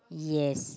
yes